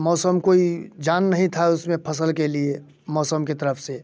मौसम कोई जान नहीं था उसमें फसल के लिए मौसम के तरफ से